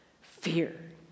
Fear